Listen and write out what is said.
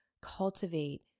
cultivate